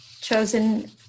Chosen